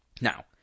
Now